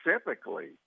specifically